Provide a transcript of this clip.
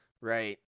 Right